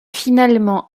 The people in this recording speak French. finalement